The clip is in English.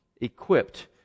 equipped